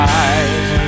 eyes